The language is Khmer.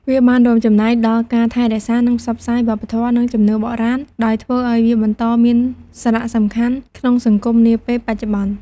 វាបានរួមចំណែកដល់ការថែរក្សា និងផ្សព្វផ្សាយវប្បធម៌ និងជំនឿបុរាណ ដោយធ្វើឲ្យវាបន្តមានសារៈសំខាន់ក្នុងសង្គមនាពេលបច្ចុប្បន្ន។